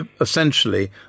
essentially